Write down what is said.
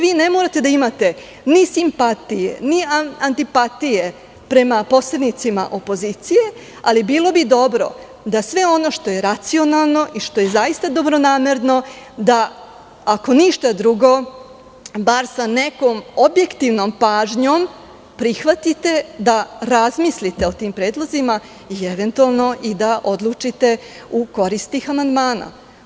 Vi ne morate da imate ni simpatije, ni antipatije prema poslanicima opozicije, ali bilo bi dobro da sve ono što je racionalno i što je zaista dobronamerno, ako ništa drugo, bar sa nekom objektivnom pažnjom prihvatite da razmislite o tim predlozima i eventualno odlučite u korist tih amandmana.